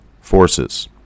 Forces